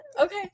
okay